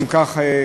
אם כך,